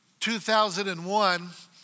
2001